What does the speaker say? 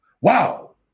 wow